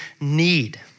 need